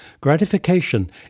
gratification